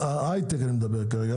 אני מדבר על ההייטק כרגע,